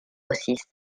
six